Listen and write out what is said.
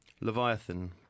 Leviathan